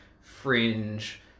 fringe